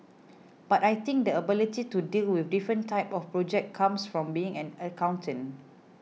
but I think the ability to deal with different types of projects comes from being an accountant